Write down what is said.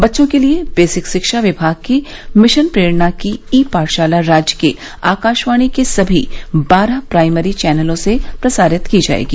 बच्चों के लिये बेसिक शिक्षा विभाग की मिशन प्रेरणा की ई पाठशाला राज्य के आकाशवाणी के सभी बारह प्राइमरी चैनलों से प्रसारित की जायेगी